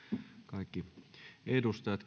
kaikki edustajat